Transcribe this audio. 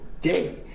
day